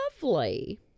lovely